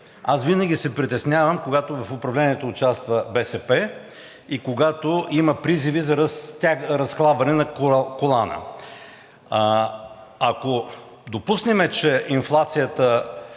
Аз винаги се притеснявам, когато в управлението участва БСП и когато има призиви за разхлабване на колана. Ако допуснем, че инфлацията